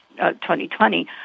2020